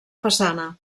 façana